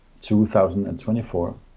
2024